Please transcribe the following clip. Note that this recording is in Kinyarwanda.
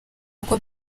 uko